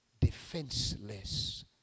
defenseless